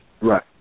Right